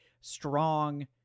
strong